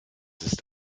ist